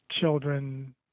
children